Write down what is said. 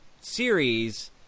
series